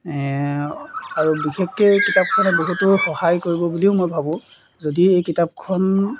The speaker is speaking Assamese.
আৰু বিশেষকৈ এই কিতাপখনে বহুতো সহায় কৰিব বুলিও মই ভাবোঁ যদি এই কিতাপখন